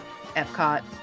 epcot